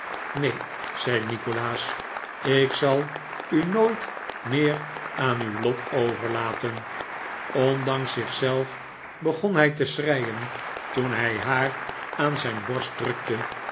neen zei nikolaas ik zal u nooit meer aan uw lot overlaten ondanks zich zelf begon hij te schreien toen hij haar aan zijn borst drukte